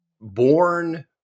born